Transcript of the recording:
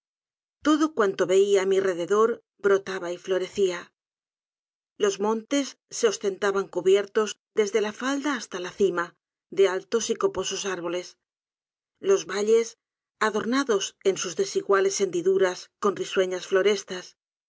todo cuanto veia á mi rededor brotaba y florecía los montes se ostentaban cubiertos desde la falda hasta la cima de altos y coposos árboles los valles adornados en sus desiguales hendiduras con risueñas florestas